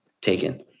taken